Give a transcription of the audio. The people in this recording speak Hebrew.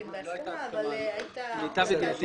אני לא יודעת אם בהסכמה אבל הייתה בקשה שלך.